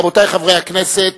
רבותי חברי הכנסת,